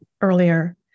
earlier